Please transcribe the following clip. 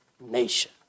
nation